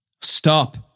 Stop